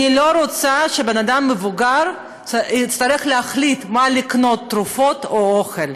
אני לא רוצה שאדם מבוגר יצטרך להחליט מה לקנות: תרופות או אוכל.